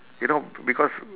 you know because